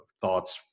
thoughts